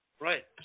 Right